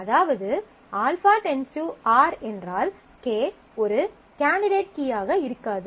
அதாவது α → R என்றால் k ஒரு கேண்டிடேட் கீயாக இருக்காது